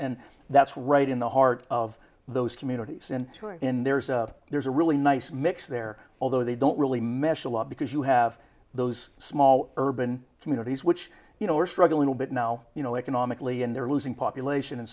and that's right in the heart of those communities and you're in there's a there's a really nice mix there although they don't really mesh a lot because you have those small urban communities which you know are struggling a bit now you know economically and they're losing population and